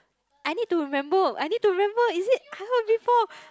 I need to remember I need remember is it I heard before